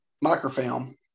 microfilm